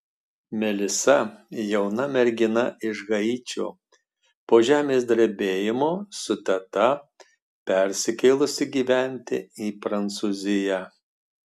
melisa jauna mergina iš haičio po žemės drebėjimo su teta persikėlusi gyventi į prancūziją